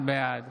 בעד